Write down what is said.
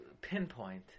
pinpoint